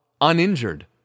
uninjured